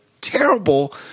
terrible